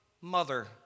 mother